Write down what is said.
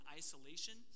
isolation